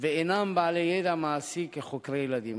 ואינם בעלי ידע מעשי כחוקרי ילדים.